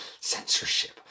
Censorship